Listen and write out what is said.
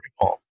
recall